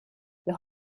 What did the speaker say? los